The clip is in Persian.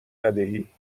ندهی